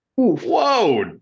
whoa